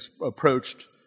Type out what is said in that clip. approached